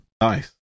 Nice